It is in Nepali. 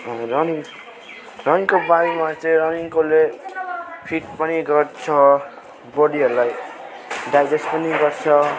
रनिङ रनिङको बारेमा चाहिँ रनिङले फिट पनि गर्छ बडीहरूलाई डाइजेस्ट पनि गर्छ